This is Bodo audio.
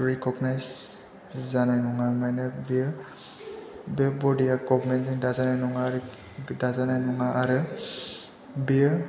रिक'गनाइज्ड जानाय नङा मानोना बे बदिआ गभर्नमेन्टजों दाजानाय नङा आरो बेयो